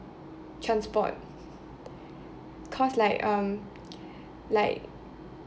transport cause like um like